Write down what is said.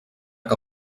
que